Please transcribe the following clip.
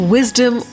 Wisdom